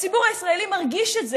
והציבור הישראלי מרגיש את זה,